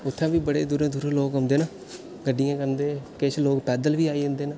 उत्थें बी बड़े दूरा दूरा लोक औंदे न गड्डियां आह्नदे किश लोग पैद्दल बी आई जंदे न